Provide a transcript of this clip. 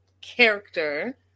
character